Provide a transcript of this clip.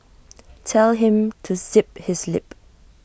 tell him to zip his lip